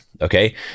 okay